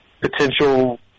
potential